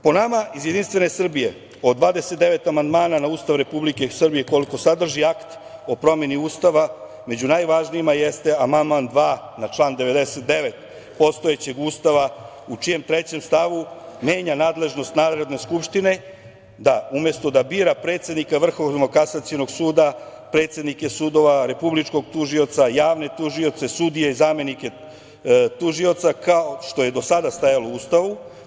Po nama iz Jedinstvene Srbije od 29 amandmana na Ustav Republike Srbije, koliko sadrži akt o promeni Ustava, među najvažnijima jeste amandman 2. na član 99. postojećeg Ustava u čijem trećem stavu menja nadležnost Narodne skupštine, umesto da bira predsednika Vrhovnog kasacionog suda, predsednike sudova, Republičkog tužioca i javne tužioce, sudije i zamenike tužioca, kao što je do sada stajalo u Ustavu.